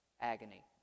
agony